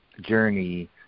journey